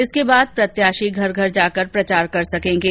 इसके बाद प्रत्याशी घर घर जाकर प्रचार कर सकेंगे